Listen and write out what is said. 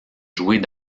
jouer